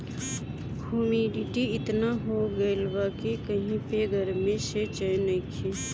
humidity एतना हो गइल बा कि कही पे गरमी से चैन नइखे